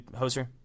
Hoser